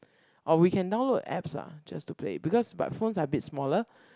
or we can download apps ah just to play because but phones are a bit smaller